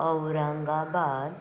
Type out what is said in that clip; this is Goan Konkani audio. औरंगाबाद